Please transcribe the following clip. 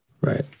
Right